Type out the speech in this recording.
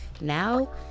Now